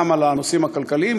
גם על הנושאים הכלכליים,